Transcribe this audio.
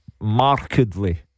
markedly